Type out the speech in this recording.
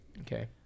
Okay